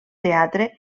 teatre